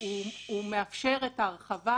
בדף שאנחנו מאדמנות,